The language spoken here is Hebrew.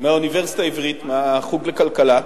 מהאוניברסיטה העברית, מהחוג לכלכלה,